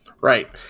Right